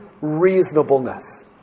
Reasonableness